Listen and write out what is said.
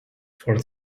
fort